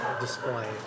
display